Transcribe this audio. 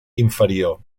inferior